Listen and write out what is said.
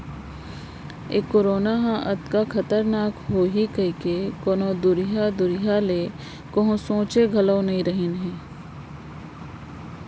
ए corona ह अतका खतरनाक होही कइको कोनों दुरिहा दुरिहा ले कोहूँ सोंचे घलौ नइ रहिन हें